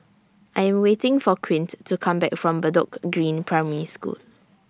I Am waiting For Quint to Come Back from Bedok Green Primary School